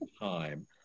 time